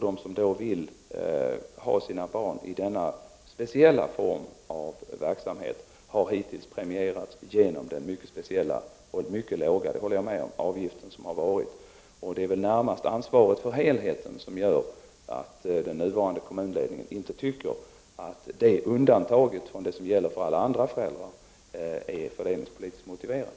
De som vill ha sina barn i denna speciella form av verksamhet har hittills premierats genom den mycket låga, vilket jag håller med om, avgift som har uttagits. Det är väl närmast ansvaret för helheten som gör att den nuvarande kommunledningen inte anser att detta undantag från vad som gäller för alla andra föräldrar är politiskt motiverat.